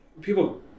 people